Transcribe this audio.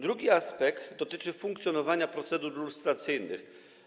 Drugi aspekt dotyczy funkcjonowania procedur lustracyjnych.